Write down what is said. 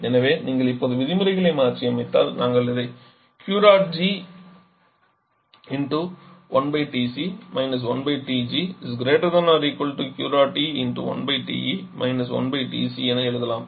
எனவே நீங்கள் இப்போது விதிமுறைகளை மாற்றியமைத்தால் நாங்கள் இதை என எழுதலாம்